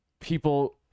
people